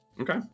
Okay